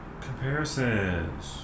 Comparisons